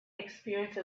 experience